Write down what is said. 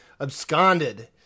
absconded